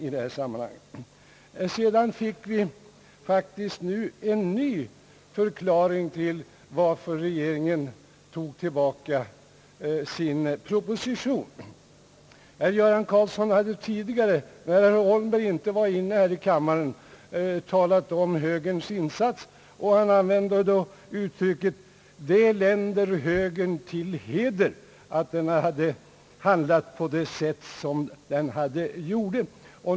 Vi fick faktiskt nu en ny förklaring till varför regeringen tog tillbaka sin proposition. Herr Göran Karlsson hade tidigare, när herr Holmberg inte var inne i kammaren, talat om högerns insats. Han använde då utirycket »det länder högern till heder» att den handlat på det sätt som den gjorde.